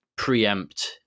Preempt